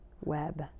web